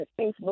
Facebook